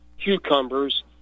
cucumbers